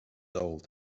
old